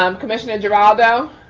um commissioner geraldo.